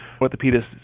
orthopedist